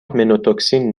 مِنوتوکسین